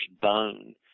bone